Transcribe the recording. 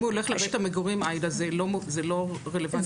אם הוא הולך לבית המגורים, זה לא רלוונטי כאן.